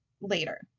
later